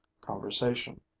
conversation